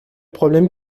problème